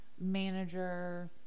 manager